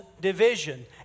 division